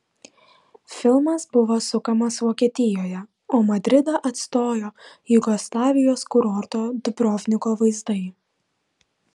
filmas buvo sukamas vokietijoje o madridą atstojo jugoslavijos kurorto dubrovniko vaizdai